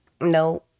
no